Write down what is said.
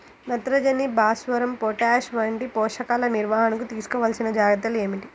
నత్రజని, భాస్వరం, పొటాష్ వంటి పోషకాల నిర్వహణకు తీసుకోవలసిన జాగ్రత్తలు ఏమిటీ?